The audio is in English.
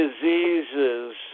diseases